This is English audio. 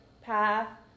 path